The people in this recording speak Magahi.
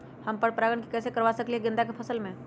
हम पर पारगन कैसे करवा सकली ह गेंदा के फसल में?